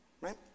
right